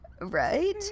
Right